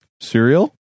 Cereal